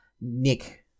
Nick